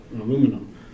aluminum